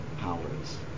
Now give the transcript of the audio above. powers